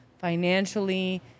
financially